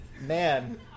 Man